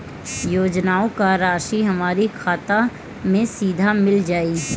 योजनाओं का राशि हमारी खाता मे सीधा मिल जाई?